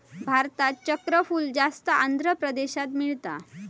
भारतात चक्रफूल जास्त आंध्र प्रदेशात मिळता